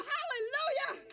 Hallelujah